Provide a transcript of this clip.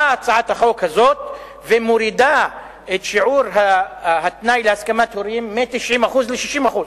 באה הצעת החוק הזאת ומורידה את שיעור התנאי להסכמת הורים מ-90% ל-60%.